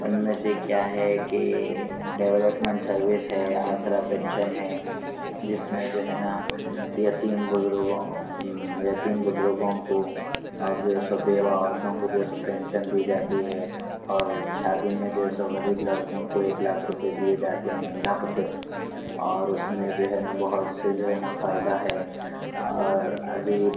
ان میں سے کیا ہے کہ ڈیولپمینٹ سروس ہے آسرا پینشن ہے جس میں جو ہے نا یتیم بزرگوں یتیم بزرگوں کو اور جو ہے سب بیوہ عورتوں کو جو ہے سب پینشن دی جاتی ہے اور شادی میں جو ہے سب غریب لڑکیوں کو ایک لاکھ روپیے دیے جاتے ہیں نقد اور اس میں جو ہے نا بہت سے جو ہے نا فائدہ ہے اور ابھی